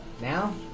Now